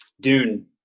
Dune